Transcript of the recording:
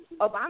Obama